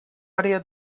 àrea